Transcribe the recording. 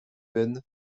veines